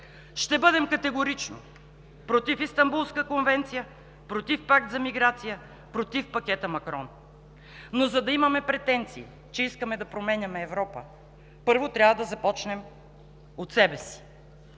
Ще бъдем категорично против Истанбулската конвенция, против Пакт за миграция, против Пакета Макрон. Но за да имаме претенции, че искаме да променяме Европа, първо трябва да започнем от себе си.